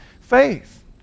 faith